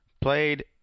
Played